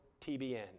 TBN